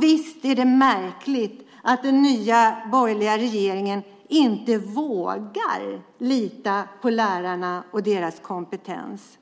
Visst är det märkligt att den nya borgerliga regeringen inte vågar lita på lärarna och deras kompetens?